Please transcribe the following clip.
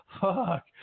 fuck